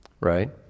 right